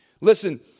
Listen